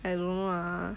I don't know lah